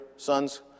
Son's